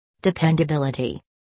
Dependability